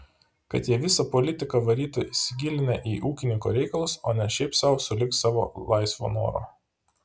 kad jie visą politiką varytų įsigilinę į ūkininko reikalus o ne šiaip sau sulig savo laisvo noro